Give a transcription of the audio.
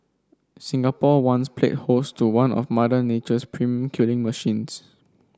Singapore once played host to one of Mother Nature's premium killing machines